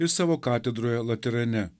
ir savo katedroje laterane